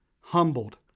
Humbled